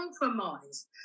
compromise